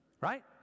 right